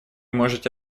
можете